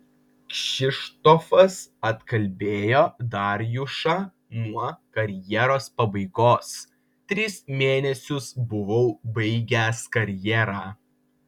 kšištofas atkalbėjo darjušą nuo karjeros pabaigos tris mėnesius buvau baigęs karjerą